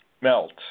melt